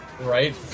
Right